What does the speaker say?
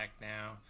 now